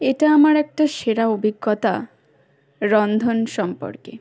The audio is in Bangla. এটা আমার একটা সেরা অভিজ্ঞতা রন্ধন সম্পর্কে